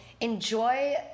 enjoy